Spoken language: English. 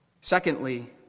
Secondly